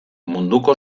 munduko